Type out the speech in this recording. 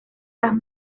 las